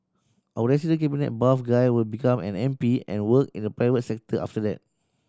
our resident cabinet buff guy will become an M P and work in the private sector after that